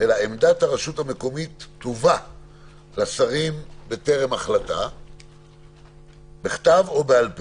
אלא שעמדת הרשות המקומית תובא לשרים בטרם החלטה בכתב או בעל פה.